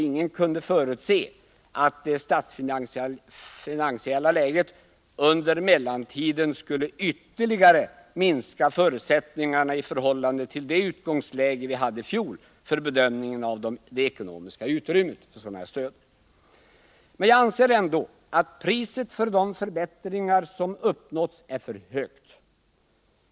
Ingen kunde förutse att det statsfinansiella läget under mellantiden skulle ytterligare minska förutsättningarna i förhållande till det utgångsläge vi hade i fjol för bedömningen av det ekonomiska utrymmet. Jag anser ändå att priset för de förbättringar som uppnåtts är för högt.